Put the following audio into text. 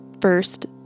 first